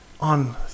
on